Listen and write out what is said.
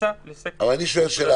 לכניסה לסקטורים השונים.